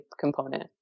component